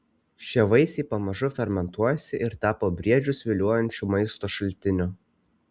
šie vaisiai pamažu fermentuojasi ir tapo briedžius viliojančiu maisto šaltiniu